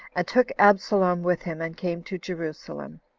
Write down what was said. and took absalom with him, and came to jerusalem.